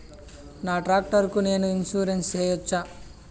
నా టాక్టర్ కు నేను ఇన్సూరెన్సు సేయొచ్చా?